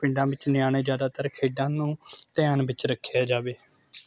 ਪਿੰਡਾਂ ਵਿੱਚ ਨਿਆਣੇ ਜ਼ਿਆਦਾਤਰ ਖੇਡਾਂ ਨੂੰ ਧਿਆਨ ਵਿੱਚ ਰੱਖਿਆ ਜਾਵੇ